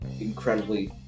incredibly